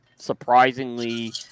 surprisingly